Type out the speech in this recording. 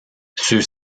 ceux